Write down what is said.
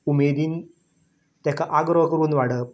उमेदीन ताका आग्रो करून वाडप